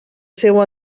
seu